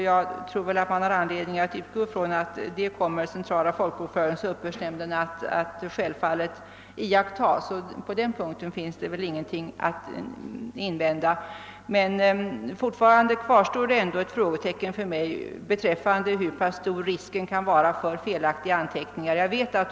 Jag tror att det finns anledning utgå ifrån att centrala folkbokförings och uppbördsnämnden kommer att iaktta sådan, så på den punkten finns väl ingenting att invända. För mig kvarstår ändå fortfarande ett frågetecken, nämligen beträffande hur pass stor risken kan vara för felaktiga anteckningar.